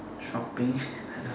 shopping